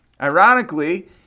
ironically